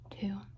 two